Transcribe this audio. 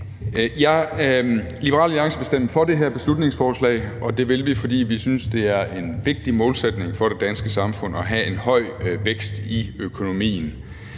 Liberal Alliance vil stemme for det her beslutningsforslag, og det vil vi, fordi vi synes, det er en vigtig målsætning for det danske samfund at have en høj vækst i økonomien.